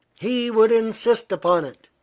he would insist upon it.